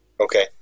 Okay